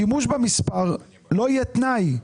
לא יהיה תנאי.